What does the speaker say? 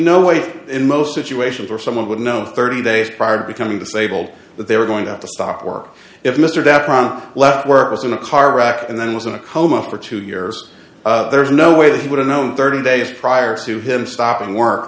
no way in most situations where someone with no thirty days prior to becoming disabled that they were going to have to stop work if mr that front left work was in a car and then was in a coma for two years there's no way that he would have known thirty days prior to him stopping work